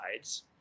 sides